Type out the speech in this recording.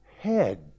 head